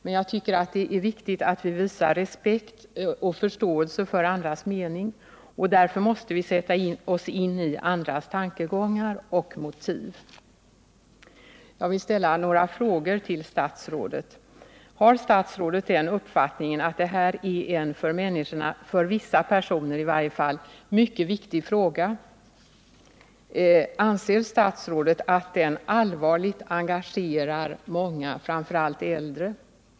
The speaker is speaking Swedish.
Men det är viktigt att vi visar respekt och förståelse för andras mening, och därför måste vi sätta oss in i andras tankegångar och motiv. Har statsrådet den uppfattningen att detta är en för människorna — för vissa personer i varje fall — mycket viktig fråga? Anser statsrådet att den allvarligt engagerar många, framför allt äldre?